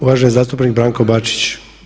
Uvaženi zastupnik Branko Bačić.